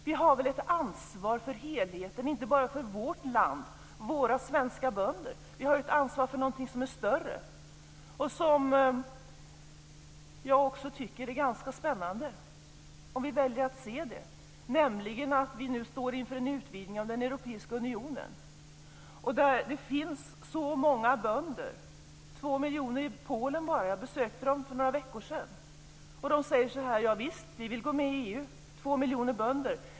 Vi har väl ett ansvar för helheten och inte bara för vårt land och våra svenska bönder? Vi har ju ett ansvar för någonting som är större och som jag också tycker är ganska spännande om vi väljer att se det, nämligen att vi nu står inför en utvidgning av den europeiska unionen, där det finns så många bönder. Det finns två miljoner i Polen, bara. Jag besökte dem för några veckor sedan. De säger så här: Ja, visst vill vi gå med i EU. Det är två miljoner bönder.